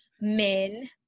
men